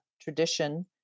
tradition